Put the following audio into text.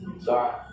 Sorry